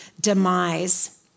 demise